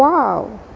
wow